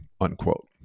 unquote